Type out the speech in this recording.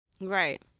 Right